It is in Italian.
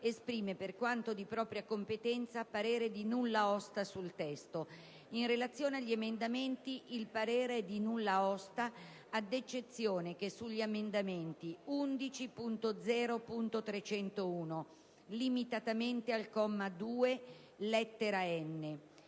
esprime, per quanto di propria competenza, parere di nulla osta sul testo. In relazione agli emendamenti, il parere è di nulla osta ad eccezione che sugli emendamenti 11.0.301, limitatamente al comma. 2, lettera